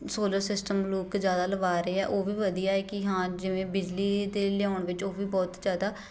solar system ਲੋਕ ਜ਼ਿਆਦਾ ਲਵਾ ਰਹੇ ਆ ਉਹ ਵੀ ਵਧੀਆ ਏ ਕੀ ਹਾਂ ਜਿਵੇਂ ਬਿਜਲੀ ਦੇ ਲਿਆਉਣ ਵਿੱਚ ਉਹ ਵੀ ਬਹੁਤ ਜ਼ਿਆਦਾ